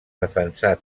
defensar